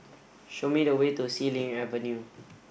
show me the way to Xilin Avenue